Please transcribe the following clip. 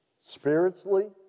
Spiritually